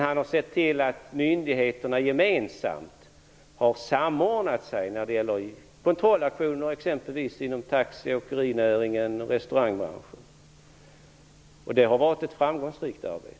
Han har sett till att myndigheterna har samordnat kontrollaktioner, exempelvis inom taxi, åkerinäringen och restaurangbranschen. Det har varit ett framgångsrikt arbete.